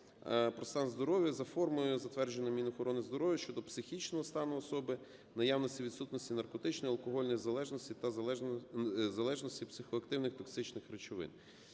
про стан здоров'я за формою, затвердженою Мінохорониздоров'я, щодо психічного стану особи, наявності/відсутності наркотичної, алкогольної залежності та залежності психоактивних токсичних речовин.